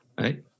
Right